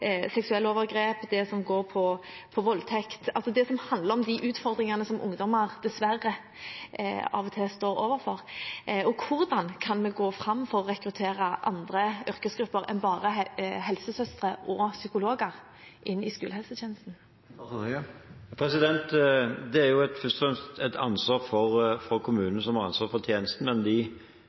overgrep, det som går på voldtekt, det som handler om de utfordringene som ungdommer dessverre av og til står overfor? Og hvordan kan vi gå fram for å rekruttere andre yrkesgrupper enn bare helsesøstre og psykologer inn i skolehelsetjenesten? Det er først og fremst et ansvar for kommunen som har ansvar for tjenesten, men de